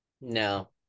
No